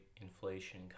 inflation